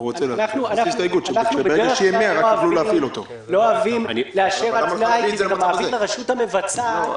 בדרך כלל אנחנו לא אוהבים לאשר על תנאי כי זה מעביר לרשות המבצעת